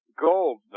gold